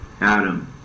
Adam